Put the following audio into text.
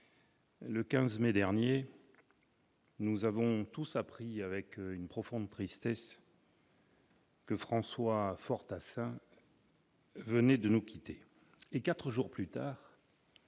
le 15 mai dernier, nous avons appris avec une profonde tristesse que François Fortassin venait de nous quitter. Quatre jours plus tard,